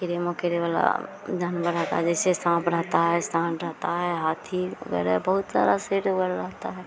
कीड़े मकोड़े वाला जानवर रहता है जैसे साँप रहता है साँड़ रहता है हाथी वग़ैरह बहुत सारा शेर वग़ैरह रहता है